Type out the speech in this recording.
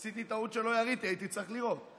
עשיתי טעות שלא יריתי, הייתי צריך לירות.